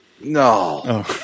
No